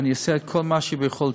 ואני אעשה כל מה שביכולתי,